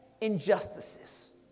injustices